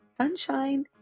Sunshine